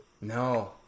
No